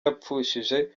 yapfushije